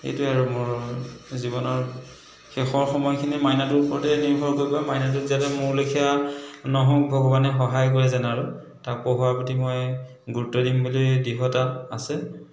এইটোৱে আৰু মোৰ জীৱনৰ শেষৰ সময়খিনি মাইনাটোৰ ওপৰতে নিৰ্ভৰ কৰিব মাইনাটো যাতে মোৰ লেখিয়া নহওক ভগৱানে সহায় কৰে যেন আৰু তাক পঢ়োৱাৰ প্ৰতি মই গুৰুত্ব দিম বুলি দৃঢ়তাত আছে